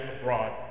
abroad